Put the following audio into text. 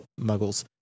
muggles